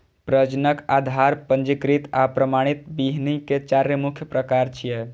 प्रजनक, आधार, पंजीकृत आ प्रमाणित बीहनि के चार मुख्य प्रकार छियै